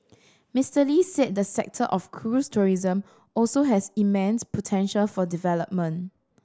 Mister Lee said the sector of cruise tourism also has immense potential for development